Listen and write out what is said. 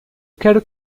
quero